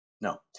No